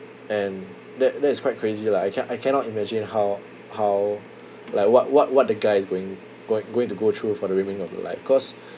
and that that is quite crazy lah I can I cannot imagine how how like what what what the guy is going going going to go through for the remaining of the life cause